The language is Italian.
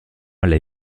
alle